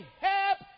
help